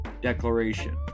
declaration